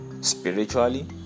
spiritually